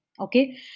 okay